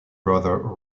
brother